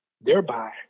thereby